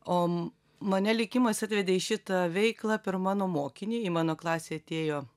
o mane likimas atvedė į šitą veiklą per mano mokiniai mano klasėje atėjo